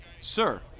Sir